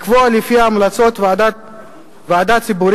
לקבוע לפי המלצות ועדה ציבורית,